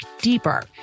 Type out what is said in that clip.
deeper